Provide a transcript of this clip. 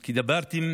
כי דיברתם